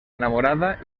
enamorada